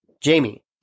Jamie